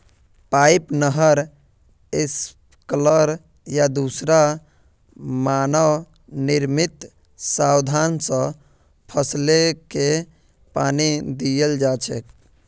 pipe, नहर, sprinkler या दूसरा मानव निर्मित साधन स फसलके पानी दियाल जा छेक